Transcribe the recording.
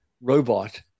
robot